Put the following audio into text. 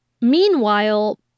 Meanwhile